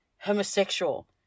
homosexual